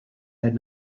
had